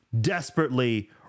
desperately